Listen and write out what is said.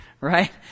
Right